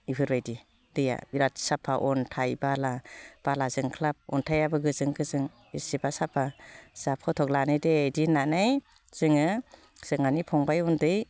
बेफोरबायदि दैया बिराद साफा अन्थाइ बाला बाला जोंख्लाब अन्थायाबो गोजों गोजों बेसेबा साफ्फा जोंहा फट' लानो दे बिदि होन्नानै जोङो जोंहानि फंबाय उन्दै